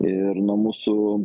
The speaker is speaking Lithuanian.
ir nuo mūsų